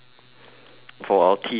for our tea party meals